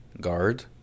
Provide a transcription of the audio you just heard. Guard